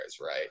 right